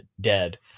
dead